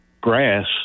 grass